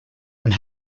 and